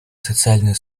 социальную